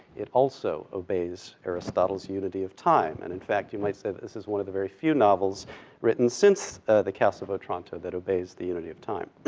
it also obeys aristotle's unity of time, and in fact, you might say that this is one of the very few novels written since the castle of otranto that obeys the unity of time.